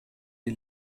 die